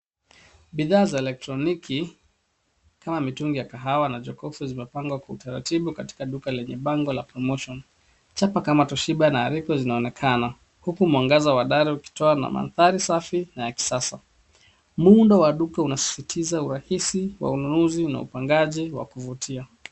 Bidhaa za elektronoki kama mitungi ya kahawa na jokofu zimepangwa kwa utaratibu katika duka lenye bango la [cs ] promotion[cs ]. Chapa kama [cs ] Toshiba [cs ] na [cs ] ariku [cs ] zinaonekana huku mwangaza wa dari ukitoa mandhari safi na ya kisasa. Muundo wa duka inasisitiza urahisi wa ununuzi na upangaji na kuvutia